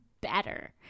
better